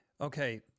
Okay